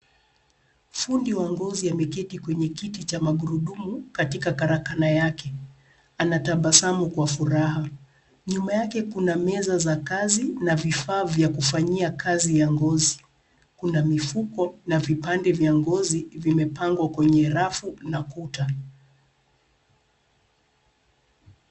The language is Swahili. Fundi wa ngozi ameketi kwenye kiti cha magurudumu katika karakana yake ,anatabasamu kwa furaha nyuma yake kuna meza za kazi na vifaa vya kufanyia kazi ya ngozi, kuna mifuko na vipande vya ngozi vimepangwa kwenye rafu na kuta.